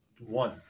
one